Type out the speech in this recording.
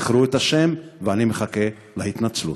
זכרו את השם, ואני מחכה להתנצלות.